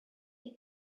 the